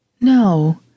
No